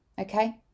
Okay